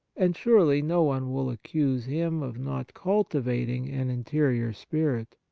and surely no one will accuse him of not cultivating an interior spirit.